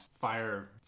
fire